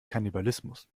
kannibalismus